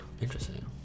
Interesting